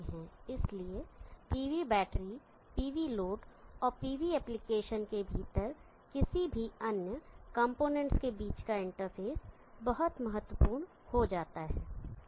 इसलिए pv battery PV load और pv application के भीतर किसी भी अन्य कॉम्पोनेंट्स के बीच का इंटरफेस बहुत महत्वपूर्ण हो जाता है